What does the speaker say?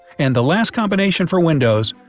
and the last combination for windows.